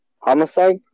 Homicide